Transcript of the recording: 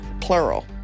plural